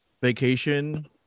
vacation